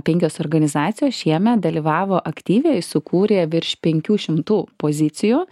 penkios organizacijos šiemet dalyvavo aktyviai sukūrė virš penkių šimtų pozicijų